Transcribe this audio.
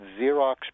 Xerox